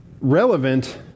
relevant